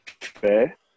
fair